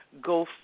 go